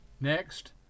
Next